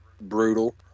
brutal